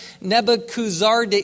Nebuchadnezzar